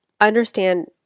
understand